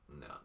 no